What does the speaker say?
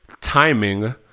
timing